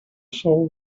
soul